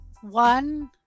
one